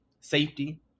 safety